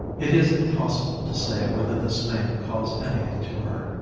it is impossible to say whether this name recalls anything to her.